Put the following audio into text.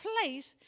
place